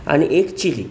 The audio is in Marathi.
आणि एक चिली